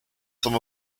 some